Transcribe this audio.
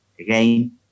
again